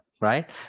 right